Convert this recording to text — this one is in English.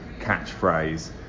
catchphrase